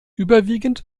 überwiegend